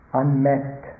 unmet